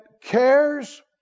cares